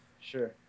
Sure